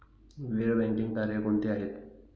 गैर बँकिंग कार्य कोणती आहेत?